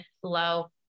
Flow